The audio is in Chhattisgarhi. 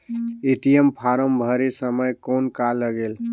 ए.टी.एम फारम भरे समय कौन का लगेल?